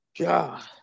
God